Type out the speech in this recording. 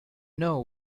know